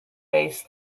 based